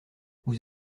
vous